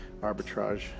arbitrage